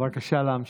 בבקשה להמשיך.